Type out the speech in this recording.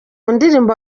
ndirimbo